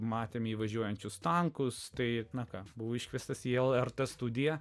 matėme įvažiuojančius tankus tai na ką buvo iškviestas į lrt studiją